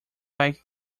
like